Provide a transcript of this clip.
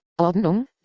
Ordnung